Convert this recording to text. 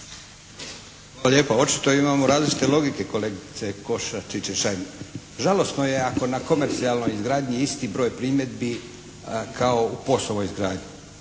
Hvala lijepo. Očito imamo različite logike kolegice Košiša Čičin-Šain. Žalosno je ako je na komercijalnoj izgradnji isti broj primjedbi kao na POS-ovoj izgradnji.